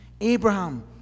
Abraham